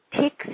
ticks